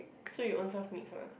so you own self mix ah